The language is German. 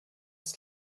ist